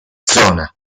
zona